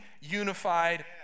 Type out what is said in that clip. unified